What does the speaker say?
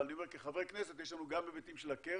אבל כחברי כנסת יש לנו גם היבטים של הקרן,